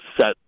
set